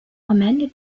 romaine